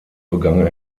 begann